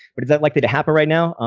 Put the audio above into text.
but it's unlikely to happen right now.